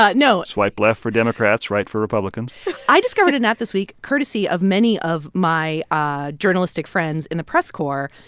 but no swipe left for democrats, right for republicans i discovered an app this week, courtesy of many of my ah journalistic friends in the press corps,